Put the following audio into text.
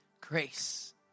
grace